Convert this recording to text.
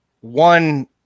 one